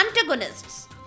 antagonists